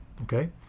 okay